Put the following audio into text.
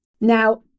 Now